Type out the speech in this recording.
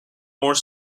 more